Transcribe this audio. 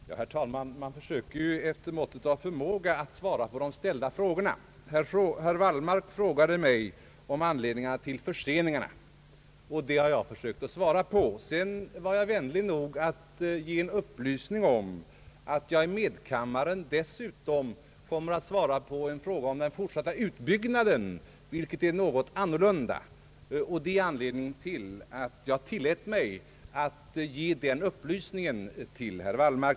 Herr talman! Man försöker ju svara efter måttet av förmåga på de ställda frågorna. Herr Wallmark frågade mig om anledningen till förseningarna, och det har jag försökt att svara på. Sedan var jag vänlig nog att ge en upplysning om att jag i medkammaren dessutom kommer att svara på en fråga om den fortsatta utbyggnaden av detta område, vilket är någonting annorlunda. Detta är anledningen till att jag tillät mig ge den upplysningen till herr Wallmark.